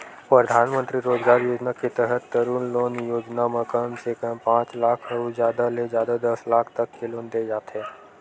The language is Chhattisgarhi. परधानमंतरी रोजगार योजना के तहत तरून लोन योजना म कम से कम पांच लाख अउ जादा ले जादा दस लाख तक के लोन दे जाथे